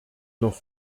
noch